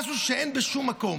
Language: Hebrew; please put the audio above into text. משהו שאין בשום מקום.